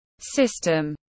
System